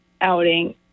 outing